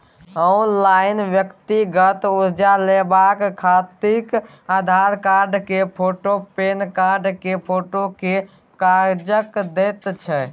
online व्यक्तिगत कर्जा लेबाक खातिर आधार कार्ड केर फोटु, पेनकार्ड केर फोटो केर काज परैत छै